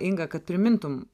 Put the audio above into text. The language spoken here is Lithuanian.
inga kad primintum